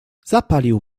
zapalił